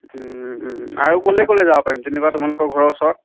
আৰু ক'লৈ ক'লৈ যাব পাৰিম তেনেকুৱা তোমালোকৰ ঘৰৰ ওচৰত